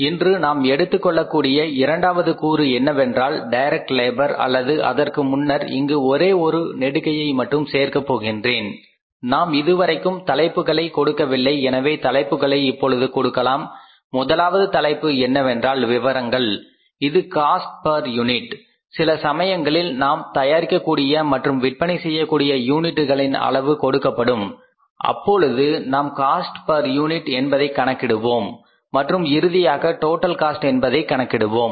இன்று நாம் எடுத்துக் கொள்ளக் கூடிய இரண்டாவது கூறு என்னவென்றால் டைரக்ட் லேபர் அல்லது அதற்கு முன்னர் இங்கு ஒரே ஒரு நெடுகையை மட்டும் சேர்க்க போகின்றேன் நாம் இதுவரைக்கும் தலைப்புகளை கொடுக்கவில்லை எனவே தலைப்புகளை இப்பொழுது கொடுக்கலாம் முதலாவது தலைப்பு என்னவென்றால் விவரங்கள் இது காஸ்ட் பெர் யூனிட் சில சமயங்களில் நாம் தயாரிக்கக்கூடிய மற்றும் விற்பனை செய்யக்கூடிய யூனிட்களின் அளவு கொடுக்கப்படும் பொழுது நாம் காஸ்ட் பெர் யூனிட் என்பதை கணக்கிடுவோம் மற்றும் இறுதியாக டோட்டல் காஸ்ட் என்பதை கணக்கிடுவோம்